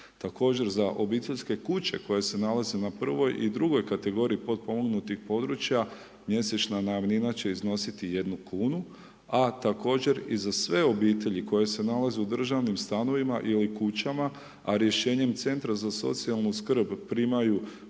Također za obiteljske kuće koje se nalaze na prvoj i drugoj kategoriji potpomognutih područja, mjesečna najamnina će iznositi 1,00 kn, a također i za sve obitelji koje se nalaze u državnim stanovima ili kućama, a rješenjem Centra za socijalnu skrb primaju